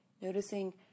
noticing